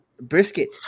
brisket